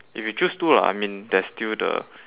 if you choose to lah I mean there's still the